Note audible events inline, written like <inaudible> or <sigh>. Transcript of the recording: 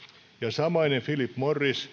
samainen philip morris <unintelligible>